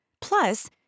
Plus